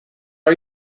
are